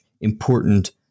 important